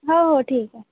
हो हो ठीक आहे